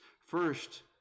First